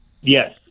Yes